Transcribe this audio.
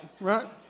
right